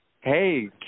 Hey